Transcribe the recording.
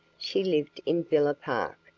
she lived in villa park,